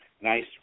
nice